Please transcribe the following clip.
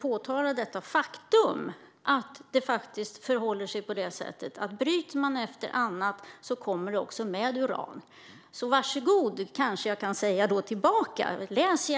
påtala det faktum att det faktiskt förhåller sig så att om man bryter annat kommer också uran med. Jag kanske alltså skulle kunna säga "Var så god och läs på".